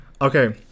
Okay